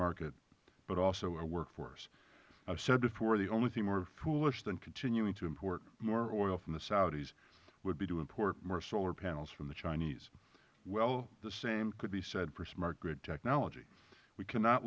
market but also a workforce i have said before the only thing more foolish than continuing to import more oil from the saudis would be to import more solar panels from the chinese well the same could be said for smart grid technology we cannot